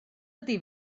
ydy